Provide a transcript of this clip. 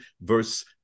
verse